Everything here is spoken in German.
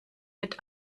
mit